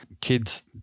Kids